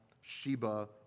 Sheba